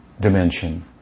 dimension